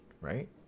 right